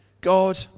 God